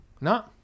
No